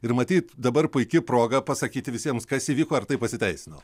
ir matyt dabar puiki proga pasakyti visiems kas įvyko ar tai pasiteisino